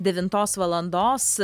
devintos valandos